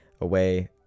away